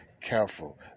careful